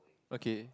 okay